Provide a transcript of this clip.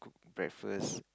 breakfast